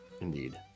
Indeed